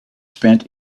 spent